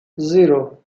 zero